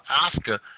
Oscar